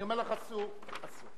אני אומר לך: אסור, אסור.